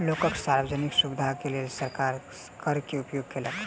लोकक सार्वजनिक सुविधाक लेल सरकार कर के उपयोग केलक